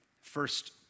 First